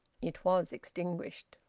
it was extinguished.